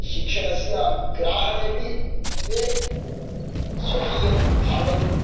शिक्षणस्य ग्राहणेपि ते स्वकीयं भागं